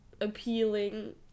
appealing